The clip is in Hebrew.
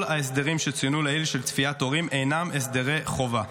כל ההסדרים שצוינו לעיל של צפיית הורים אינם הסדרי חובה.